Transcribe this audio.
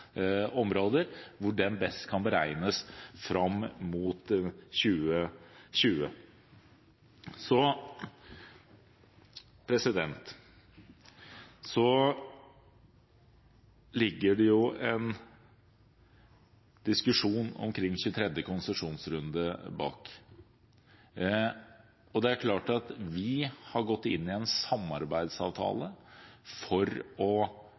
områder – hvordan det best kan beregnes fram mot 2020. Det ligger en diskusjon omkring 23. konsesjonsrunde bak. Vi har gått inn i en samarbeidsavtale for å